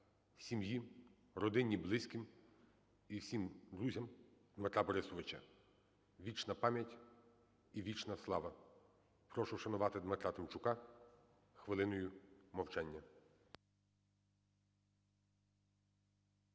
сім'ї, родині і близьким, і всім друзям Дмитра Борисовича. Вічна пам'ять і вічна слава. Прошу вшанувати Дмитра Тимчука хвилиною мовчання.